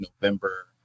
November